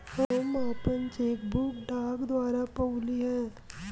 हम आपन cheque book डाक द्वारा पउली है